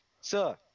sir